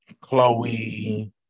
Chloe